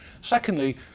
Secondly